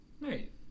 Right